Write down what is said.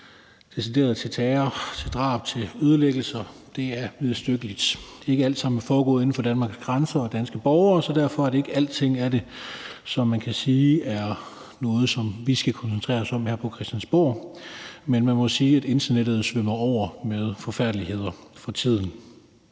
opfordringer til terror, drab og ødelæggelser, er vederstyggelige. Ikke alt sammen er foregået inden for Danmarks grænser, og det er jo ikke alle sammen danske borgere, så derfor er det ikke det hele, man kan sige er noget, som vi skal koncentrere os om her på Christiansborg. Men man må sige, at internettet svømmer over med forfærdeligheder for tiden.